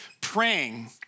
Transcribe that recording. praying